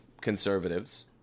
conservatives